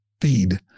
feed